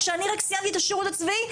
כשאני רק סיימתי את השירות הצבאי,